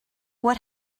what